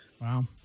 Wow